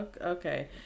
okay